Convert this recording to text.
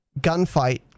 Gunfight